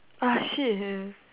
ah shit eh